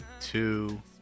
two